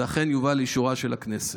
זה אכן יובא לאישורה של הכנסת.